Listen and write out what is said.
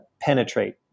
penetrate